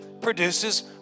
produces